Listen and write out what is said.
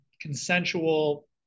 consensual